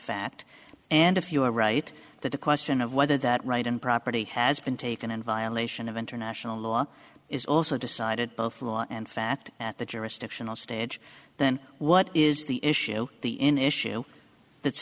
fact and if you are right that the question of whether that right and property has been taken in violation of international law is also decided both law and fact at the jurisdictional stage then what is the issue the in issue that's